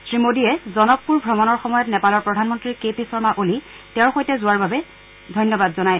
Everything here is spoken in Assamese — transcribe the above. তেওঁৰ জনকপুৰ ভ্ৰমণৰ সময়ত নেপালৰ প্ৰধানমন্ত্ৰী কেপি শৰ্মা অলীয়ে তেওঁৰ সৈতে যোৱাৰ বাবে ধন্যবাদ জনায়